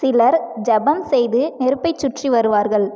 சிலர் ஜெபம் செய்து நெருப்பைச்சுற்றி வருவார்கள்